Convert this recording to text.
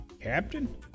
Captain